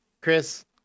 Chris